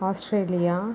Australia